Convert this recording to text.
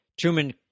Truman